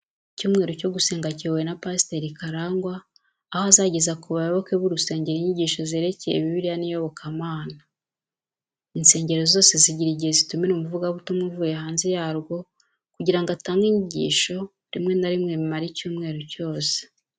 Icyumweru cyo gusenga kiyobowe na pasiteri Karangwa aho azageza ku bayoboke b'urusengero inyigisho zerekeye bibiliya n'iyobokamana. Insengero zose zigira igihe zitumira umuvugabutumwa uvuye hanze yarwo kugira ngo atange inyigisho, rimwe na rimwe bimara icyumweru cyose.